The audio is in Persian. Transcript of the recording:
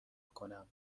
کنم